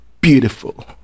beautiful